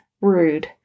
rude